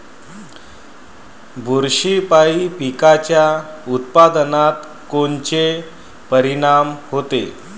बुरशीपायी पिकाच्या उत्पादनात कोनचे परीनाम होते?